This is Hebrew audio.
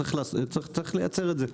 צריך לייצר את זה.